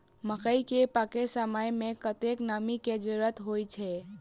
मकई केँ पकै समय मे कतेक नमी केँ जरूरत होइ छै?